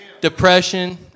depression